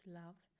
love